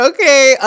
Okay